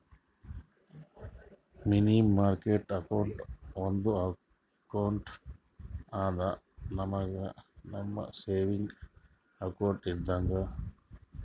ಮನಿ market account ಒಂದು account ಅದಾ, ನಮ್ ಸೇವಿಂಗ್ಸ್ ಅಕೌಂಟ್ ಇದ್ದಂಗ